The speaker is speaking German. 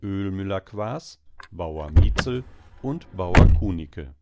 und bauer kunicke